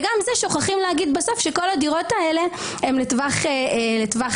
וגם זה שוכחים להגיד בסוף שכל הדירות האלה הן לטווח מוגבל.